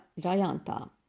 Jayanta